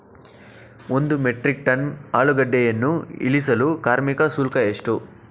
ಒಂದು metric ton ಆಲೂಗೆಡ್ಡೆಯನ್ನು ಇಳಿಸಲು ಕಾರ್ಮಿಕ ಶುಲ್ಕ ಎಷ್ಟು?